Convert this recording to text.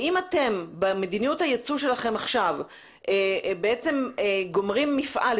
אם אתם במדיניות היצוא שלכם בעצם גומרים מפעל,